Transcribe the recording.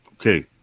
okay